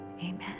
amen